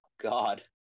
God